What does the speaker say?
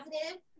positive